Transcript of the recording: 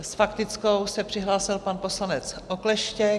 S faktickou se přihlásil pan poslanec Okleštěk.